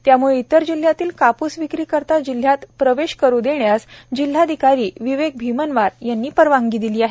त्यामुळे इतर जिल्हयातील काप्स विक्री करिता जिल्हयात प्रवेश करु देण्यास जिल्हाधिकारी विवेक भीमनवार यांनी परवाणगी दिली आहे